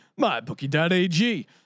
MyBookie.ag